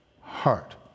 heart